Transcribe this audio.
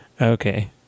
Okay